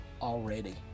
already